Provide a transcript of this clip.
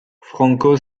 franco